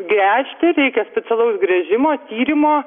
gręžti reikia specialaus gręžimo tyrimo